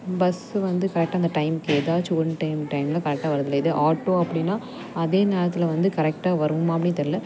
bus வந்து கரெக்டாக அந்த டைமுக்கு எதாச்சும் ஒன் டைம் டைம்மில் கரெக்டாக வர்றதில்லை இதே ஆட்டோ அப்படின்னா அதே நேரத்தில் வந்து கரெக்டாக வருமா அப்படின்னு தெரில